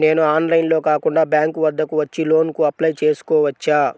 నేను ఆన్లైన్లో కాకుండా బ్యాంక్ వద్దకు వచ్చి లోన్ కు అప్లై చేసుకోవచ్చా?